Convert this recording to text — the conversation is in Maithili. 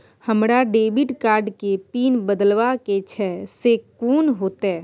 हमरा डेबिट कार्ड के पिन बदलवा के छै से कोन होतै?